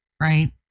Right